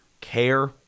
care